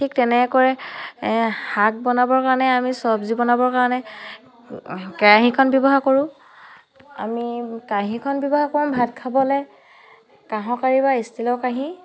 ঠিক তেনেকৈয়ে শাক বনাবৰ কাৰণে আমি চব্জি বনাবৰ কাৰণে কেৰাহীখন ব্যৱহাৰ কৰোঁ আমি কাঁহীখন ব্যৱহাৰ কৰোঁ ভাত খাবলৈ কাঁহৰ কাঁহী বা ষ্টীলৰ কাঁহী